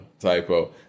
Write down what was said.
typo